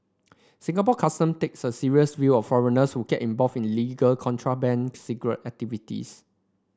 Singapore Custom takes a serious view of foreigners who get involved in illegal contraband cigarette activities